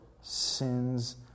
sins